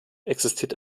existiert